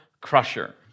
crusher